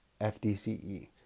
FDCE